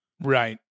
Right